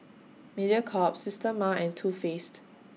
Mediacorp Systema and Too Faced